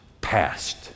past